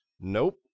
Nope